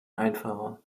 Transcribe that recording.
einfacher